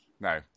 No